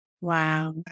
Wow